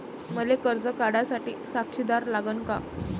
मले कर्ज काढा साठी साक्षीदार लागन का?